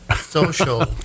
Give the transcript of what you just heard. social